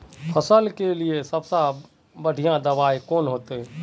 फसल के लिए सबसे बढ़िया दबाइ कौन होते?